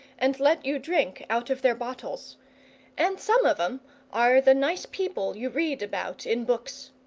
and let you drink out of their bottles and some of em are the nice people you read about in books.